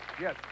Yes